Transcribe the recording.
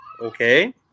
Okay